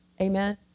amen